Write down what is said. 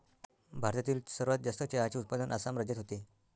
भारतातील सर्वात जास्त चहाचे उत्पादन आसाम राज्यात होते